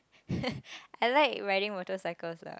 I like riding motorcycles lah